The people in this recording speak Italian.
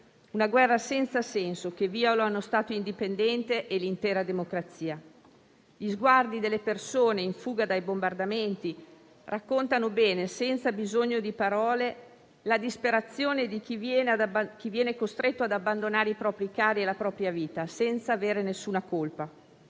una guerra senza senso viola uno Stato indipendente e l'intera democrazia. Gli sguardi delle persone in fuga dai bombardamenti raccontano bene, senza bisogno di parole, la disperazione di chi viene costretto ad abbandonare i propri cari e la propria vita, senza avere alcuna colpa.